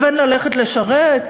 לבין ללכת לשרת?